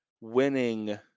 winning